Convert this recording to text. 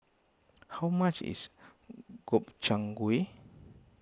how much is Gobchang Gui